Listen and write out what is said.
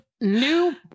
new